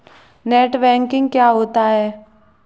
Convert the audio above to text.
Net banking क्या होता है?